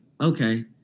okay